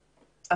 בבקשה.